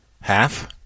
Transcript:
Half